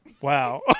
Wow